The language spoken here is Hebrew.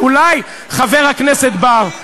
אולי חבר הכנסת בר,